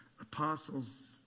apostles